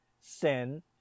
sin